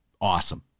Awesome